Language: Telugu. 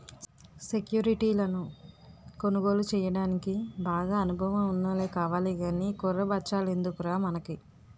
సెక్యురిటీలను కొనుగోలు చెయ్యడానికి బాగా అనుభవం ఉన్నోల్లే కావాలి గానీ ఈ కుర్ర బచ్చాలెందుకురా మనకి